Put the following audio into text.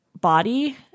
body